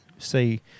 say